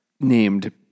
named